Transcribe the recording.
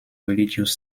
religious